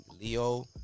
Leo